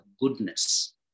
goodness